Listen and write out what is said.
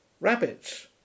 rabbits